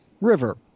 River